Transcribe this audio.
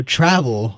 travel